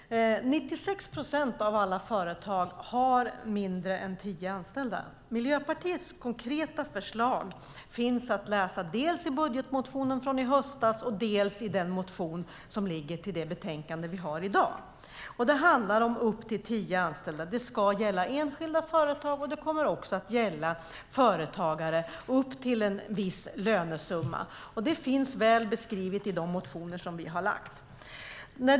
Herr talman! Det är 96 procent av alla företag som har mindre än tio anställda. Miljöpartiets konkreta förslag finns att läsa dels i budgetmotionen från i höstas, dels i den motion som ligger till det betänkande som vi debatterar i dag. Det handlar om upp till tio anställda. Det ska gälla enskilda företag, och det kommer också att gälla företagare upp till en viss lönesumma. Det finns väl beskrivet i de motioner som vi har lagt fram.